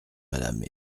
madame